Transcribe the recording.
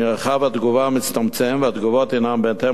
מרחב התגובה מצטמצם והתגובות הינן בהתאם